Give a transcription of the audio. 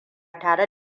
tare